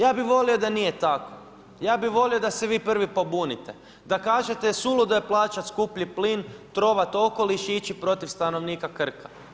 Ja bih volio da nije tako, ja bih volio da se vi prvi pobunite, da kažete suludo je plaćati skuplji plin, trovat okoliš i ići protiv stanovnika Krka.